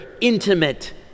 intimate